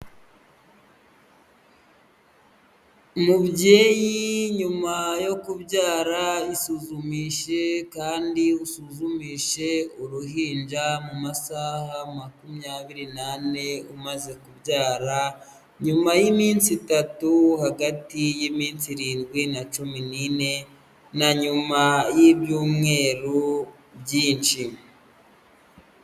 Mubyeyi nyuma yo kubyara isuzumishije kandi usuzumishe uruhinja mu masaha makumyabiri n'ane umaze kubyara, nyuma y'iminsi itatu hagati y'iminsi irindwi na cumi n'ine na nyuma y'ibyumweru byinshi.